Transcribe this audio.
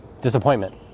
disappointment